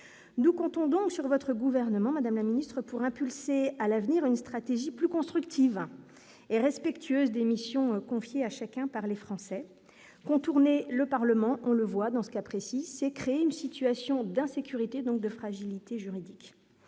nous comptons donc sur votre gouvernement madame la ministre, pour impulser à l'avenir une stratégie plus constructive et respectueuse des missions confiées à chacun par les Français, contourner le Parlement, on le voit dans ce cas précis, c'est créer une situation d'insécurité donc de fragilité juridique